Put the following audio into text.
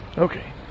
Okay